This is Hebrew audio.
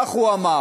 כך הוא אמר.